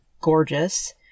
gorgeous